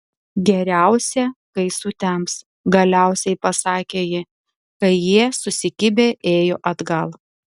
geriausia kai sutems galiausiai pasakė ji kai jie susikibę ėjo atgal